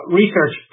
research